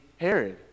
Herod